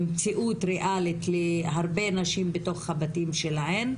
הפך למציאות ריאלית להרבה נשים בתוך הבתים שלהן.